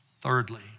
Thirdly